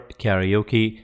karaoke